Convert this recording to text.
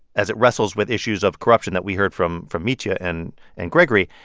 as it wrestles with issues of corruption that we heard from from mitya and and gregory,